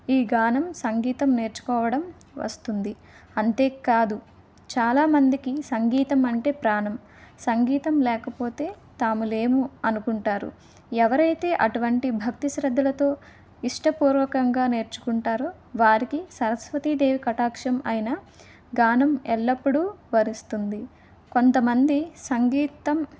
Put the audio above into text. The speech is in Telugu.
ఈ గానం సంగీతం నేర్చుకోవడం వస్తుంది అంతే కాదు చాలామందికి సంగీతం అంటే ప్రాణం సంగీతం లేకపోతే తాములేము అనుకుంటారు ఎవరైతే అటువంటి భక్తి శ్రద్ధలతో ఇష్టపూర్వకంగా నేర్చుకుంటారో వారికి సరస్వతిదేవి కటాక్షం అయిన గానం ఎల్లప్పుడూ వరిస్తుంది కొంతమంది సంగీతం